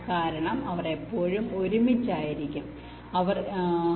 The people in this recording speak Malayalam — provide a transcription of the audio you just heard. കാരണം അവർ എപ്പോഴും ഒരുമിച്ചായിരിക്കും അവർ എപ്പോഴും ഒരുമിച്ചായിരിക്കും